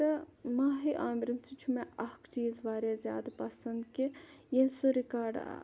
تہٕ ماہی عامرٕ سُنٛد چھُ مےٚ اَکھ چیٖز واریاہ زیادٕ پَسَنٛد کہِ ییٚلہِ سُہ رِکاڈ